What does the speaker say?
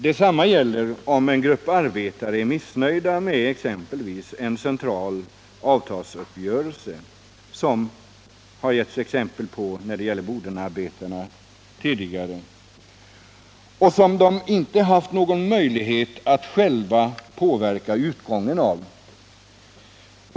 Detsamma gäller om en grupp arbetare är missnöjd med exempelvis en central avtalsuppgörelse — som i det tidigare berörda fallet med Bodenarbetarna — som de själva inte har haft någon möjlighet att påverka utgången av.